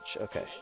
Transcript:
okay